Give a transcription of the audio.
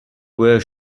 wear